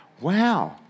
Wow